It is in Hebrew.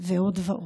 ועוד ועוד.